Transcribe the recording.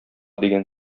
дигән